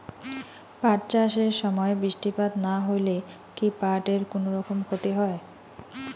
পাট চাষ এর সময় বৃষ্টিপাত না হইলে কি পাট এর কুনোরকম ক্ষতি হয়?